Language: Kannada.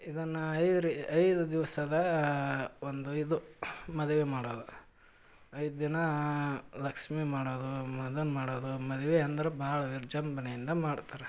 ಇದನ್ನು ಐದು ರೀ ಐದು ದಿವಸದ ಒಂದು ಇದು ಮದ್ವೆ ಮಾಡೋದು ಐದು ದಿನ ಲಕ್ಸ್ಮಿ ಮಾಡದು ಮದನ್ ಮಾಡೋದು ಮದ್ವೆ ಅಂದ್ರೆ ಭಾಳ ವಿಜೃಂಭಣೆಯಿಂದ ಮಾಡ್ತಾರೆ